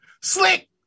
Slick